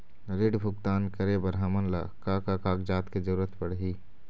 ऋण भुगतान करे बर हमन ला का का कागजात के जरूरत पड़ही?